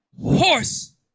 horse